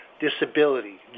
disability